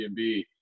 Airbnb